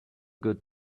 good